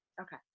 Okay